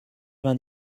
vingt